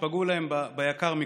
שפגעו להם ביקר מכול.